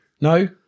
No